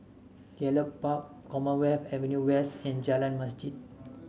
Gallop Park Commonwealth Avenue West and Jalan Masjid